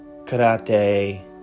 karate